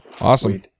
awesome